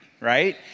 right